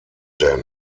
denn